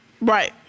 Right